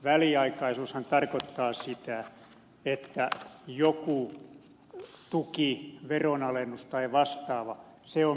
väliaikaisuushan tarkoittaa sitä että joku tuki veronalennus tai vastaava on määrämittainen